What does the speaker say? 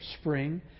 spring